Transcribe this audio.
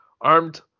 armed